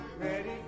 ready